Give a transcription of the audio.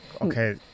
Okay